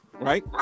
Right